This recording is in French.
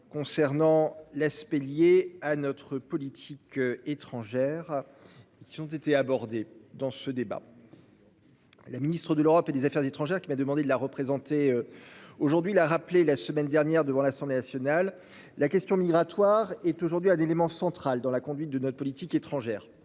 concernant l'aspect lié à notre politique étrangère. Qui ont été abordés dans ce débat.-- La Ministre de l'Europe et des Affaires étrangères qui m'a demandé de la représenter. Aujourd'hui, il a rappelé la semaine dernière devant l'Assemblée nationale. La question migratoire est aujourd'hui à l'élément central dans la conduite de notre politique étrangère